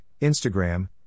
Instagram